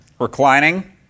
reclining